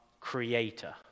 Creator